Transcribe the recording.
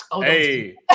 Hey